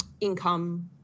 income